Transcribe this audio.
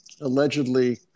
allegedly